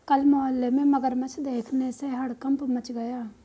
कल मोहल्ले में मगरमच्छ देखने से हड़कंप मच गया